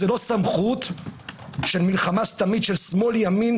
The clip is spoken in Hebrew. זאת לא סמכות של מלחמה סתמית בין שמאל-ימין,